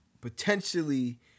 potentially